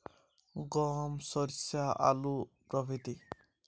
December February পর্যন্ত সময়কাল যথেষ্ট ঠান্ডা তখন কোন কোন ফসলের চাষ করা হয়?